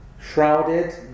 shrouded